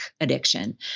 addiction